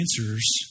answers